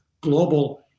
global